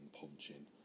punching